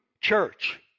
church